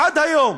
עד היום.